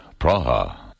Praha